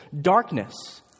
darkness